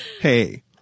hey